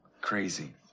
crazy